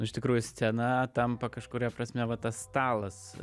nu iš tikrųjų scena tampa kažkuria prasme va tas stalas